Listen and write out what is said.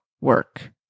work